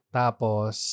tapos